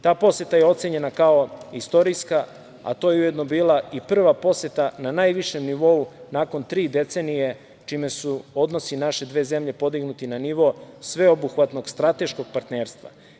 Ta poseta ocenjena je kao istorijska, a to je ujedno i bila prva poseta na najvišem nivou nakon tri decenije, čime su odnosi naše dve zemlje podignuti na nivo sveobuhvatnog strateškog partnerstva.